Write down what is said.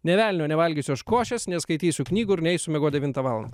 ne velnio nevalgiusius aš košės neskaitysiu knygų ir neisiu miegot devintą valandą